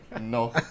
No